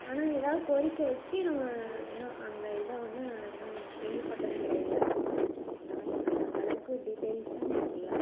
ஆனால் ஏதாவது கோரிக்கை வச்சு நாங்கள் இன்னும் அந்த இதை வந்து நான் இன்னும் கேள்விப்பட்டது கிடையல அதனால் எனக்கு அந்த அளவுக்கு டீட்டெயில்ஸும் தெர்லை